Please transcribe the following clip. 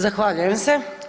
Zahvaljujem se.